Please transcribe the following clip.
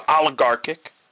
oligarchic